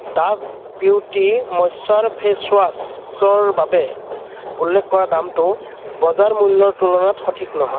Dove beauty মইশ্যাৰ face ৱাছৰ বাবে উল্লেখ কৰা দামটো বজাৰ মূল্যৰ তুলনাত সঠিক নহয়